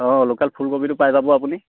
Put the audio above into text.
অঁ লোকাল ফুলকবিটো পাই যাব আপুনি